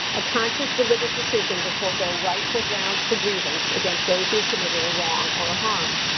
a conscious, deliberate decision to forego rightful grounds for grievance against those who have committed a wrong or a harm.